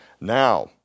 now